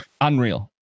unreal